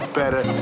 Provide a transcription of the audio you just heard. better